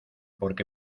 porque